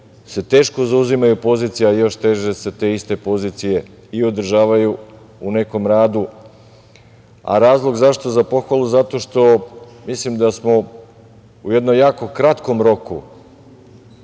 se teško zauzimaju pozicije, a još teže se te iste pozicije i održavaju u nekom radu. Razlog zašto za pohvalu, zato što mislim da smo u jednom jako kratkom roku